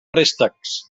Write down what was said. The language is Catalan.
préstecs